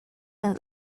are